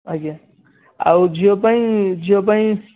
ଆଜ୍ଞା ଆଉ ଝିଅ ପାଇଁ ଝିଅ ପାଇଁ